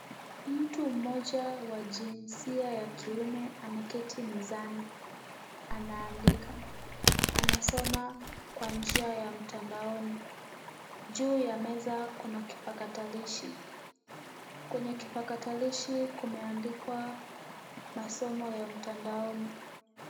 Mtu mmoja wa jinsia ya kiume ameketi mezani. Anaandika. Anasoma kwa njia ya mtandaoni. Juu ya meza kuna kipakatalishi. Kwenye kipakatalishi imeandikwa masomo ya mtandaoni.